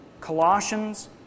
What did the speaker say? Colossians